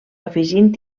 afegint